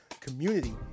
community